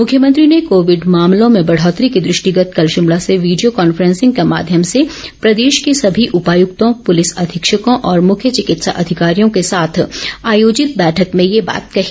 मुख्यमंत्री ने कोविड मामलों में बढ़ौतरी के दृष्टिगत कल शिमला से वीडियो कॉन्फ्रेंसिंग के माध्यम से प्रदेश के सभी उपायुक्तों पुलिस अधीक्षकों और मुख्य चिकित्सा अधिकारियों के साथ आयोजित बैठक में ये बात कही